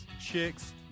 Chicks